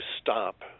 stop